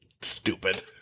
stupid